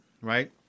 right